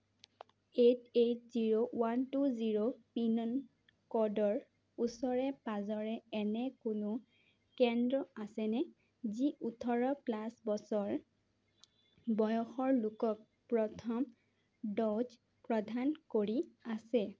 eight eight zero one two zero pin ক'ডৰ ওচৰে পাঁজৰে এনে কোনো কেন্দ্ৰ আছেনে যি ওঠৰ প্লাছ বছৰ বয়সৰ লোকক প্ৰথম ড'জ প্ৰদান কৰি আছে